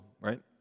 right